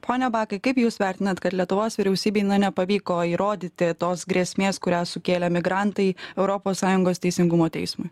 pone bakai kaip jūs vertinat kad lietuvos vyriausybei nepavyko įrodyti tos grėsmės kurią sukėlė migrantai europos sąjungos teisingumo teismui